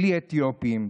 בלי האתיופים,